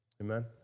Amen